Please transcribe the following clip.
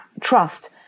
trust